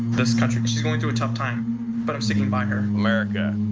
this country, she's going through a tough time but i'm sticking by her america.